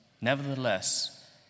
Nevertheless